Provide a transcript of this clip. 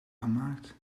gemaakt